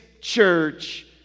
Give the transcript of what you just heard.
church